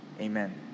Amen